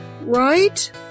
Right